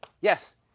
Yes